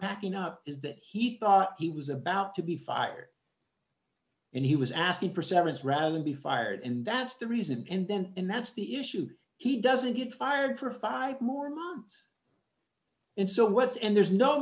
packing up is that he thought he was about to be fired and he was asked the percentage rather than be fired and that's the reason and then and that's the issue he doesn't get fired for five more months in so what's and there's no